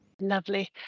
Lovely